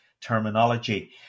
terminology